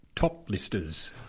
top-listers